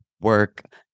work